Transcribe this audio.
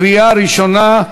קריאה ראשונה.